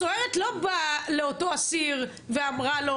הסוהרת לא באה לאותו אסיר ואמרה לו,